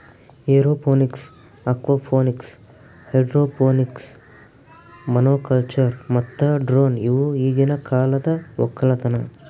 aeroponics, aquaponics, hydroponics, monoculture ಮತ್ತ drone ಇವು ಈಗಿನ ಕಾಲದ ಒಕ್ಕಲತನ